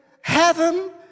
Heaven